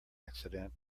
accident